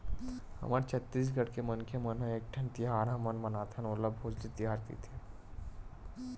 हमर छत्तीसगढ़ के मनखे मन ह एकठन तिहार हमन मनाथन ओला भोजली तिहार कइथे